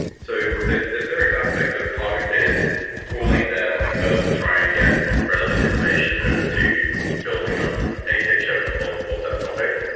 so there're there're various aspects of targeted crawling there that occurs to try and get relevant information information over to building up a picture of of that topic.